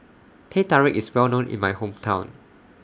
Teh Tarik IS Well known in My Hometown